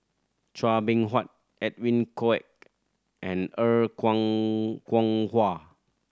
Chua Beng Huat Edwin Koek and Er Kwong Kwong Wah